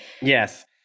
Yes